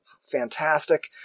Fantastic